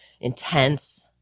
intense